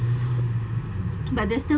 but there's still